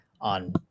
on